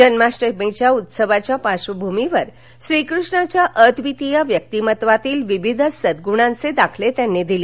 जन्माष्टमीच्या उत्सवाच्या पार्श्वभूमीवर श्रीकृष्णाच्या अद्वितीय व्यक्तिमत्त्वातील विविध सद्गूणांचे दाखले त्यांनी दिले